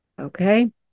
okay